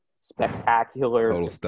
spectacular